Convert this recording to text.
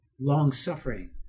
Long-suffering